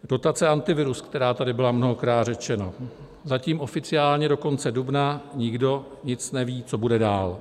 Dotace Antivirus, která tady byla mnohokrát řečena, zatím oficiálně do konce dubna, nikdo nic neví, co bude dál.